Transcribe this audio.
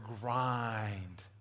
grind